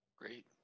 great